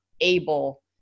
able